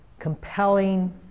compelling